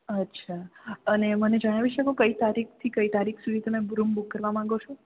અચ્છા અને મને જણાવી શકો કઈ તારીખ થી તારીખ સુધી તમે રૂમ બૂક કરવા માંગો છો